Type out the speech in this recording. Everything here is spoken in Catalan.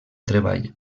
treball